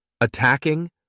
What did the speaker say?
Attacking